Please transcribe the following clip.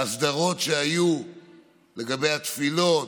להסדרות שהיו לגבי התפילות,